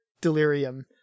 delirium